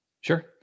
Sure